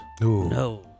No